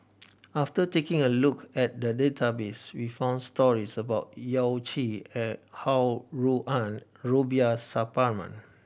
after taking a look at the database we found stories about Yao Chi Ho Rui An Rubiah Suparman